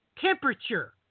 temperature